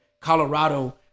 Colorado